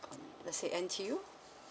um let's say N_T_U